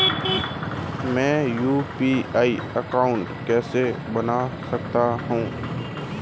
मैं UPI account कैसे बना सकता हूं?